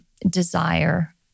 desire